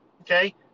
Okay